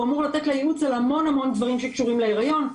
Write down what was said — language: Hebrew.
אמור לתת לה ייעוץ על המון דברים שקשורים להיריון.